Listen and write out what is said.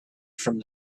from